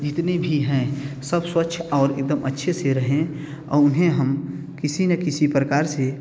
जितने भी हैं सब स्वच्छ और एकदम अच्छे से रहें और उन्हें हम किसी ने किसी प्रकार से